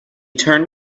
turned